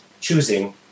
choosing